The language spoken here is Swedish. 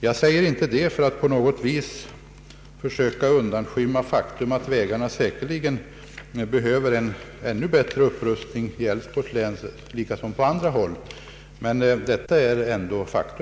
Jag säger nu inte detta för att söka undanskymma det förhållandet att vägarna behöver en ännu bättre upprustning såväl i Älvsborgs län som på andra håll.